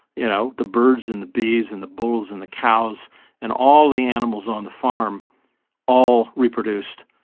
you know, the birds and the bees and the bulls and the cows and all the animals on the farm all reproduced,